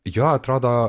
jo atrodo